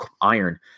iron